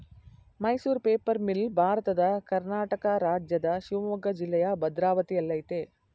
Mysuru paper mill ಭಾರತದ ಕರ್ನಾಟಕ ರಾಜ್ಯದ ಶಿವಮೊಗ್ಗ ಜಿಲ್ಲೆಯ ಭದ್ರಾವತಿಯಲ್ಲಯ್ತೆ